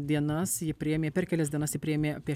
dienas ji priėmė per kelias dienas ji priėmė apie